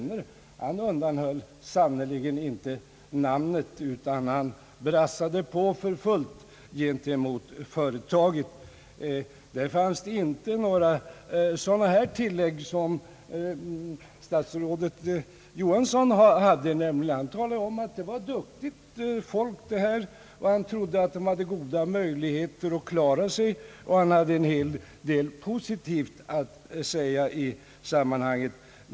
Han undanhöll sannerligen inte namnet, utan han brassade på för fullt gentemot företaget. Där fanns det inte några sådana tillägg som statsrådet Johansson gjorde då han talade om att det fanns duktigt folk i företaget och att statsrådet trodde att det fanns goda möjligheter att företaget skulle klara sig. Han hade en hel del positivt att säga i sammanhanget.